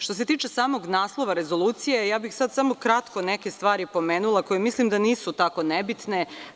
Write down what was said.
Što se tiče samog naslova rezolucije, sada bih samo kratko neke stvari pomenula koje mislim da nisu tako nebitne.